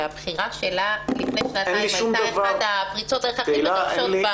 שהבחירה שלה לפני שנתיים הייתה אחת מפריצות הדרך הכי גדולה.